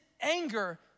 anger